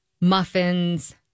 muffins